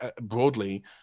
broadly